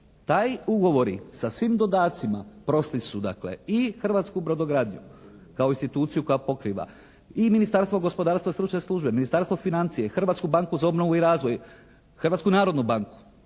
Taj ugovor sa svim dodacima prošli su dakle i hrvatsku brodogradnju kao instituciju koja pokriva i Ministarstvo gospodarstva, stručne službe, Ministarstvo financija, Hrvatsku banku za obnovu i razvoj, Hrvatsku narodnu banku.